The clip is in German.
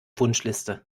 wunschliste